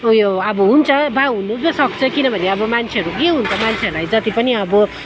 उयो अब हुन्छ वा हुनु पनि सक्छ किनभने अब मान्छेहरू के हुन्छ मान्छेहरूलाई जति पनि अब